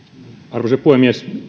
arvoisa puhemies